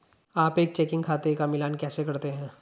आप एक चेकिंग खाते का मिलान कैसे करते हैं?